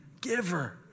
giver